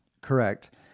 Correct